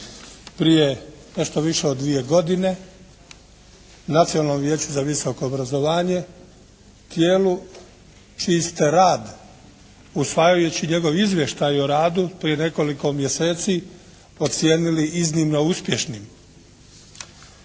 vijeću za visoko obrazovanje, tijelu čiji ste rad usvajajući njegov izvještaj o radu prije nekoliko mjeseci ocijenili iznimno uspješnim.